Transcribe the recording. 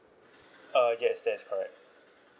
uh yes that is correct